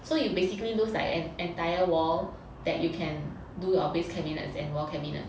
so you basically lose like an entire wall that you can do your base cabinets and wall cabinet